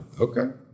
Okay